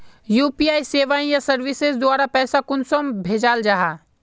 UPI सेवाएँ या services द्वारा पैसा कुंसम भेजाल जाहा?